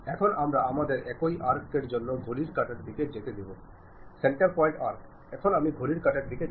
ഇപ്പോൾ അത്തരമൊരു ആധികാരികമല്ലാത്ത വാർത്തകൾ ഗ്രേപ്പ്വൈൻ ലൂടെ മിക്കപ്പോഴും ഒരുപാട് വരുന്നുണ്ട്